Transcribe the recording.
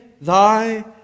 thy